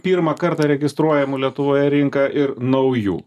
pirmą kartą registruojamų lietuvoje rinka ir naujų